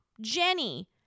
Jenny